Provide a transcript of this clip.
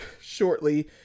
shortly